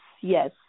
Yes